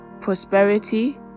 prosperity